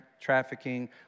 trafficking